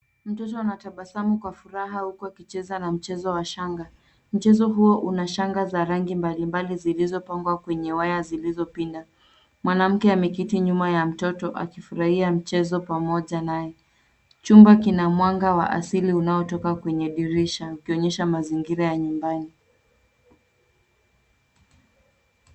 Mtoto anatabasamu kwa furaha huku akicheza na mchezo wa shanga. Mchezo huo una shanga za rangi mbali mbali zilizopangwa kwenye waya zilizopinda. Mwanamke ameketi nyuma ya mtoto akifurahia mchezo pamoja naye. Chumba kina mwanga wa asili unaotoka kwenye dirisha ukionyesha mazingira ya nyumbani.